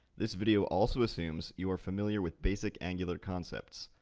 this video also assumes you are familiar with basic angular concepts,